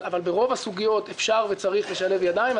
אבל ברוב הסוגיות אפשר וצריך לשלב ידיים.